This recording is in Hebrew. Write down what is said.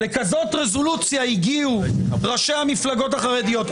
לכזאת רזולוציה הגיעו ראשי המפלגות החרדיות.